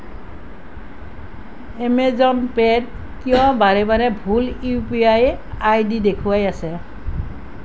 Amazon পে'ত কিয় বাৰে বাৰে ভুল ইউ পি আই আইডি দেখুৱাই আছে